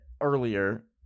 earlier